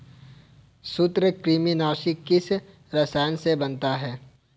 सूत्रकृमिनाशी किस रसायन से बनता है?